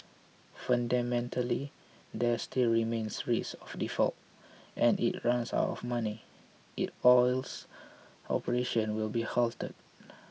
fundamentally there still remains risk of default and if it runs out of money its oils operations will be halted